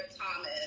Thomas